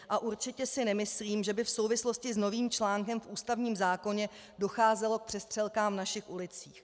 A určitě si nemyslím, že by v souvislosti s novým článkem v ústavním zákoně docházelo k přestřelkám v našich ulicích.